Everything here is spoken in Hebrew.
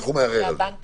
איך הוא מערער על זה?